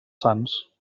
sants